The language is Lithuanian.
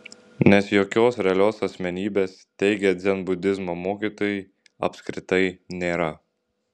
nes jokios realios asmenybės teigia dzenbudizmo mokytojai apskritai nėra